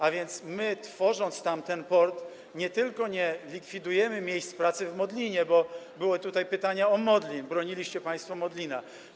A więc my, tworząc tam ten port, nie likwidujemy miejsc pracy w Modlinie, bo były pytania o Modlin, broniliście państwo Modlina.